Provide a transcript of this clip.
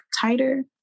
tighter